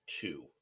two